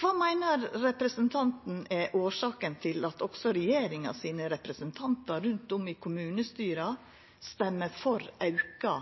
Kva meiner representanten er årsaka til at også representantane til regjeringa rundt om i kommunestyra stemmer for auka